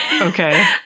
Okay